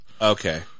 okay